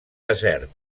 desert